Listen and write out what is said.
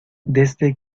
desde